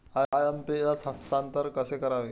IMPS हस्तांतरण कसे करावे?